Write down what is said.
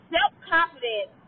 Self-confidence